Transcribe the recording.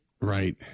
Right